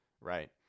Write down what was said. right